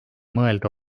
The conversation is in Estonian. mõelda